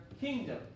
kingdom